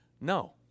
No